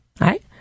right